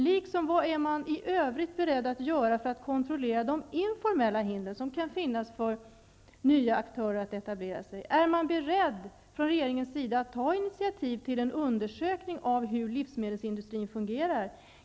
Vad är man vidare i övrigt beredd att göra för att kontrollera de informella hinder som kan möta nya aktörer som vill etablera sig? Är man från regeringens sida beredd att göra en undersökning av hur livsmedelsindustrin fungerar?